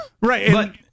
Right